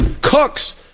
Cooks